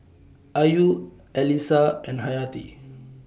Ayu Alyssa and Hayati